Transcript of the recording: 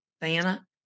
Diana